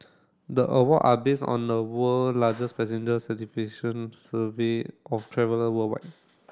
the awards are based on the world largest satisfaction survey of traveller worldwide